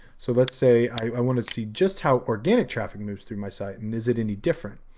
so, let's say i wanna see just how organic traffic moves through my site and is it any different?